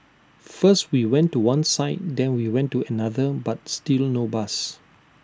first we went to one side then we went to another but still no bus